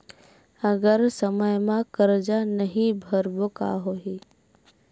अगर समय मा कर्जा नहीं भरबों का होई?